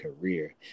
career